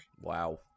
Wow